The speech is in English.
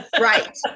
Right